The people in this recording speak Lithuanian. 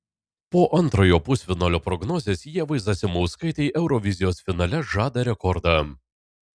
po antrojo pusfinalio prognozės ievai zasimauskaitei eurovizijos finale žada rekordą